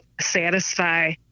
satisfy